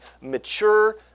mature